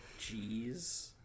Jeez